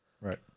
Right